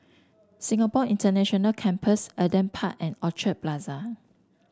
Singapore International Campus Adam Park and Orchard Plaza